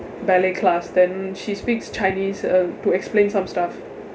ballet class then she speaks chinese uh to explain some stuff